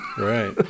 right